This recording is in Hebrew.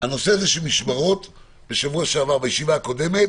הנושא הזה של משמרות, בישיבה הקודמת,